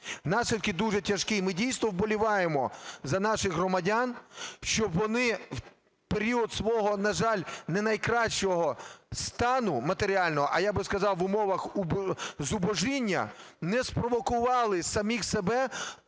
Наслідки дуже тяжкі. І ми дійсно вболіваємо за наших громадян, щоб вони в період свого, на жаль, не найкращого стану матеріального, а я би сказав, в умовах зубожіння не спровокували самих себе